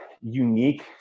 unique